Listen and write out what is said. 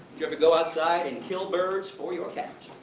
you ever go outside and kill birds for your cat?